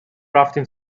رفتیم